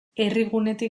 herrigunetik